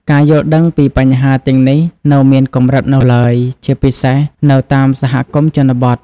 ការយល់ដឹងពីបញ្ហាទាំងនេះនៅមានកម្រិតនៅឡើយ ជាពិសេសនៅតាមសហគមន៍ជនបទ។